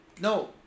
No